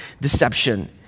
deception